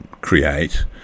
create